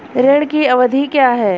ऋण की अवधि क्या है?